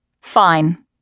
Fine